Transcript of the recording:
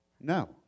No